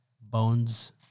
Bones